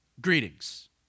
greetings